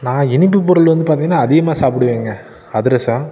நான் இனிப்பு பொருள் வந்து பார்த்திங்கன்னா அதிகமாக சாப்பிடுவேங்க அதிரசம்